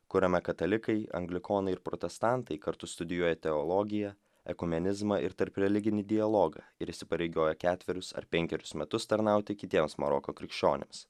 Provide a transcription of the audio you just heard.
kuriame katalikai anglikonai ir protestantai kartu studijuoja teologiją ekumenizmą ir tarpreliginį dialogą ir įsipareigoja ketverius ar penkerius metus tarnauti kitiems maroko krikščionims